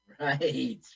Right